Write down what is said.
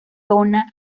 zona